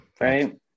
right